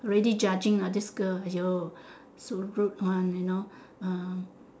already judging lah this girl !aiyo! so rude one you know uh